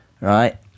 right